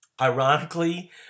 ironically